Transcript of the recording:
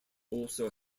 also